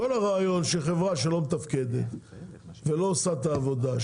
כל הרעיון שחברה שלא מתפקדת ולא עושה את העבודה,